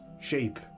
shape